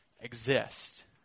exist